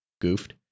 goofed